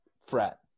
fret